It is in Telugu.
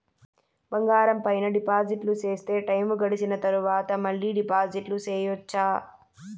బంగారం పైన డిపాజిట్లు సేస్తే, టైము గడిసిన తరవాత, మళ్ళీ డిపాజిట్లు సెయొచ్చా?